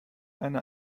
eine